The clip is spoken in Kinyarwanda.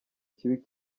kibi